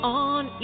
on